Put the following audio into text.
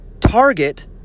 Target